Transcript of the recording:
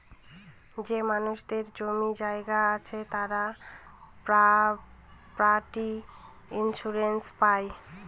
যে মানুষদের জমি জায়গা আছে তারা প্রপার্টি ইন্সুরেন্স পাই